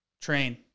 Train